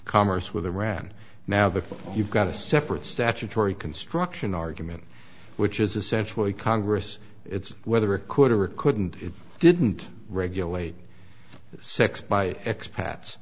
commerce with iran now that you've got a separate statutory construction argument which is essentially congress it's whether it could or couldn't it didn't regulate sex by ex pats